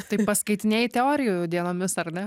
tai paskaitinėji teorijų dienomis